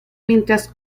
mientras